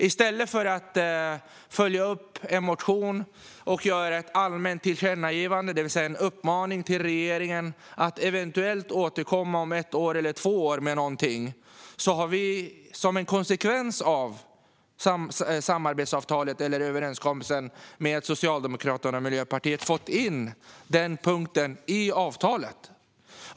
I stället för att följa upp en motion och göra ett allmänt tillkännagivande, det vill säga en uppmaning till regeringen att eventuellt återkomma med någonting om ett eller två år, har vi som en konsekvens av överenskommelsen med Socialdemokraterna och Miljöpartiet fått in den punkten i avtalet.